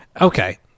Okay